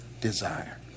desire